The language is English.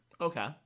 Okay